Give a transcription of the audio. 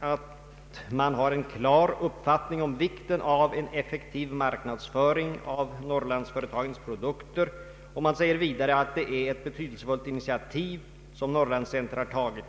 att det har en klar uppfattning om vikten av en effektiv marknadsföring av Norrlandsföretagens produkter. Utskottet framhåller vidare att det är ett betydelsefullt initiativ som Norrland Center tagit.